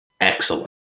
excellent